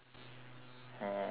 and that's not good